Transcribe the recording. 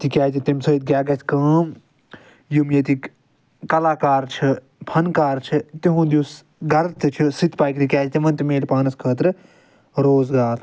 تکیازِ تمہِ سۭتۍ کیٚاہ گژھِ کٲم یِم ییٚتیِکۍ کلاکار چھِ فن کار چھِ تہنٛد یُس گرٕ تہِ چھُ سُہ تہِ پکنہٕ کیٚازِ تِمن تہِ ملہِ پانس خٲطرٕ روزگار